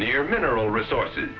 near mineral resources